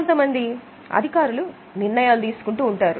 కొంతమంది అధికారులు నిర్ణయాలు తీసుకుంటూ ఉంటారు